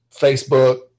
Facebook